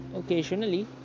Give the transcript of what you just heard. occasionally